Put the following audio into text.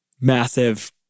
massive